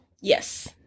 Yes